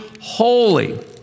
holy